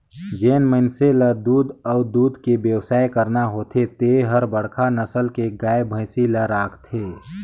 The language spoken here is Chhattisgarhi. जेन मइनसे ल दूद अउ दूद के बेवसाय करना होथे ते हर बड़खा नसल के गाय, भइसी ल राखथे